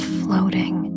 floating